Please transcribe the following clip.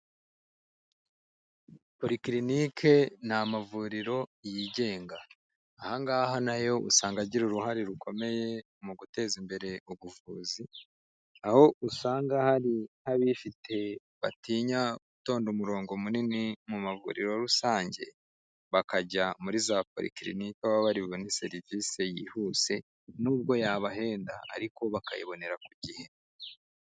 Porikirinike ni amavuriro yigenga. Aha ngaha na yo usanga agira uruhare rukomeye mu guteza imbere ubuvuzi, aho usanga hari nk'abifite batinya gutonda umurongo munini mu mavuriro rusange, bakajya muri za Porikirinike, aho baba bari bobone serivisi yihuse, nubwo yabahenda ariko bakayibonera ku gihe.